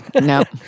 Nope